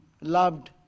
loved